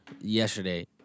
yesterday